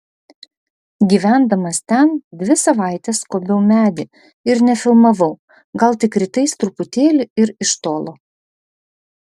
gyvendamas ten dvi savaites skobiau medį ir nefilmavau gal tik rytais truputėlį ir iš tolo